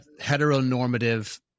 heteronormative